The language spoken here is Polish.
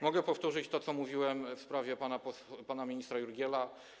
Mogę powtórzyć to, co mówiłem w sprawie pana posła, pana ministra Jurgiela.